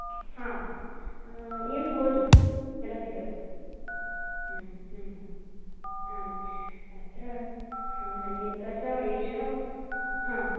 आम् इयं भवतु चलति तत् आम् आम् आम् अत्र तत्र एतत् एषः आम्